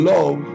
Love